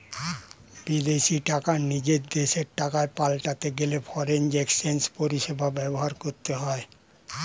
বিদেশী টাকা নিজের দেশের টাকায় পাল্টাতে গেলে ফরেন এক্সচেঞ্জ পরিষেবা ব্যবহার করতে হয়